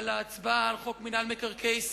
על ההצבעה על חוק מינהל מקרקעי ישראל.